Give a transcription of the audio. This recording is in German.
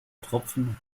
tropfen